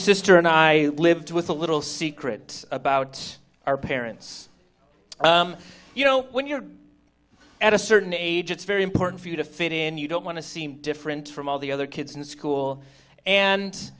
sister and i lived with a little secret about our parents you know when you're at a certain age it's very important for you to fit in you don't want to seem different from all the other kids in school and